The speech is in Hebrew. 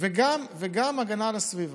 וגם ההגנה על הסביבה,